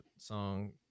Song